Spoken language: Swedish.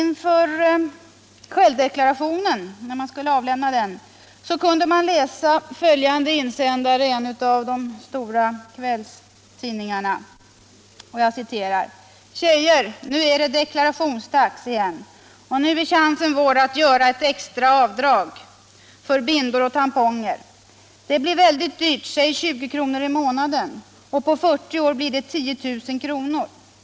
När självdeklarationen skulle avlämnas kunde man läsa följande insändare i en av de stora kvällstidningarna: ”Tjejer. Nu är det deklarationsdax igen, och nu är chansen vår att göra ett extra avdrag för bindor och tamponger. Det blir väldigt dyrt, säg 20 kr. i månaden. På fyrtio år blir det 10 000 kronor.